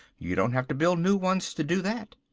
you don't have to build new ones to do that.